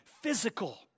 physical